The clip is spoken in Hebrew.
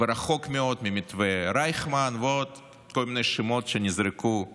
ורחוק מאוד ממתווה רייכמן ועוד כל מיני שמות שנזרקו